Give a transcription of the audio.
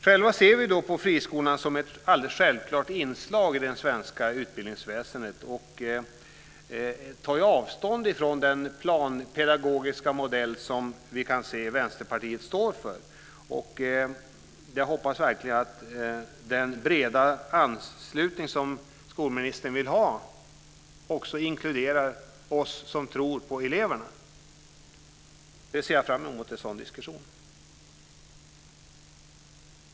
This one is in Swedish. Själva ser vi på friskolorna som ett självklart inslag i det svenska utbildningsväsendet. Vi tar avstånd från den planpedagogiska modell som vi kan se att Vänsterpartiet står för. Jag hoppas att den breda anslutning som skolministern vill ha också inkluderar oss som tror på eleverna. Jag ser fram emot en sådan diskussion.